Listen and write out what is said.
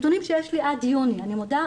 נתונים שיש לי עד יוני אני מודה,